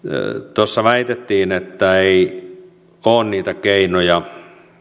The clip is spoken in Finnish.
tuossa väitettiin että ei ole niitä keinoja